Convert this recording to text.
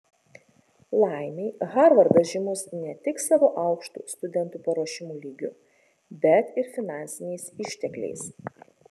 laimei harvardas žymus ne tik savo aukštu studentų paruošimo lygiu bet ir finansiniais ištekliais